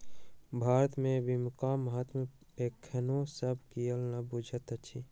भारत मे बीमाक महत्व एखनो सब कियो नै बुझैत अछि